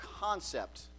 concept